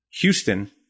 Houston